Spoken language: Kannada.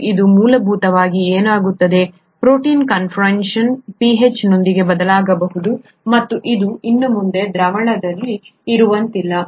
ಮತ್ತು ಇದು ಮೂಲಭೂತವಾಗಿ ಏನಾಗುತ್ತದೆ ಪ್ರೋಟೀನ್ ಕನ್ಫಾರ್ಮೇಷನ್ pH ನೊಂದಿಗೆ ಬದಲಾಗಬಹುದು ಮತ್ತು ಇದು ಇನ್ನು ಮುಂದೆ ದ್ರಾವಣದಲ್ಲಿ ಇರುವಂತಿಲ್ಲ